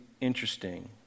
interesting